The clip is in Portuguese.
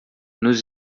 nos